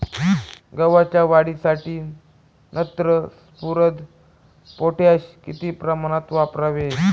गव्हाच्या वाढीसाठी नत्र, स्फुरद, पोटॅश किती प्रमाणात वापरावे?